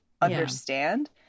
understand